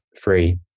free